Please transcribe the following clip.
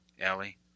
Ellie